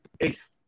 Eighth